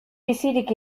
bizirik